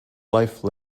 life